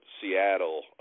Seattle